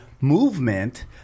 movement –